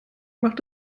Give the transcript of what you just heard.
macht